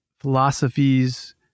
philosophies